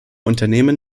unternehmen